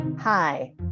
Hi